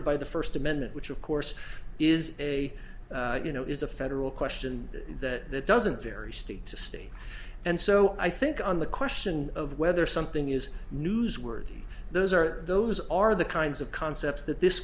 by the first amendment which of course is a you know is a federal question that doesn't vary state to state and so i think on the question of whether something is newsworthy those are those are the kinds of concepts that this